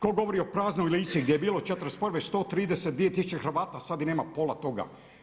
Ko govori o praznoj Lici gdje je bilo '41. 132 tisuće Hrvata, sada ih nema pola toga.